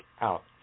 out